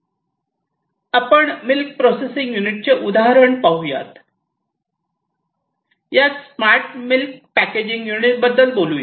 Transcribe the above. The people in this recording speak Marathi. आपण मिल्क प्रोसेसिंग युनिट चे उदाहरण पाहूया यात स्मार्ट मिल्क पॅकेजिंग युनिट बद्दल बोलूया